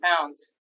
pounds